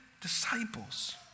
disciples